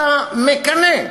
אתה מקנא.